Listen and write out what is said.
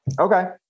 Okay